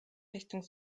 richtung